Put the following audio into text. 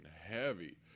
heavy